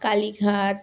Kalighat